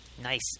Nice